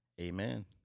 Amen